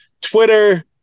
Twitter